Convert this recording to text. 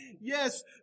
yes